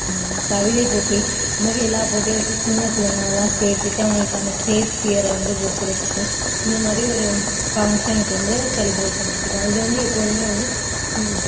கவிதை போட்டி இதுமாதிரி எல்லா போட்டியும் வச்சு சின்ன பிள்ளைங்கள்லலாம் ஸ்டேஜுக்கு அவங்களுக்கான ஸ்டேஜ் ஃபியரை வந்து போக்குகிறதுக்கு இந்தமாதிரி ஒரு ஃபங்க்ஷனுக்கு வந்து செலிப்ரேட் பண்ணிகிட்டு இருக்கோம் இது வந்து எப்போதும் வந்து